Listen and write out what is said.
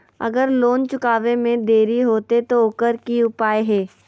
अगर लोन चुकावे में देरी होते तो ओकर की उपाय है?